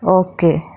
okay